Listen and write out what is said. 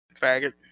Faggot